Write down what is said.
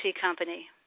company